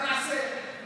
חברי כנסת לא הצביעו.